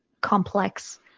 complex